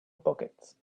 pockets